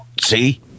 See